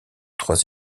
trois